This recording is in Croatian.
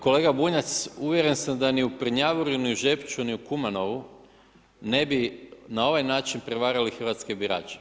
Kolega Bunjac, uvjeren sam da ni u Prnjavoru, ni u Žepcu, ni u Kumanovu, ne bi na ovaj način prevarili hrvatske birače.